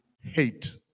hate